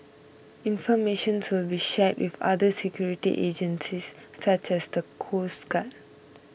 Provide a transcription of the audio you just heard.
information will be shared with other security agencies such as the coast guard